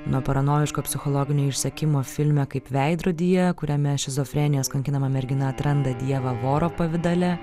nuo paranojiško psichologinio išsekimo filme kaip veidrodyje kuriame šizofrenijos kankinama mergina atranda dievą voro pavidale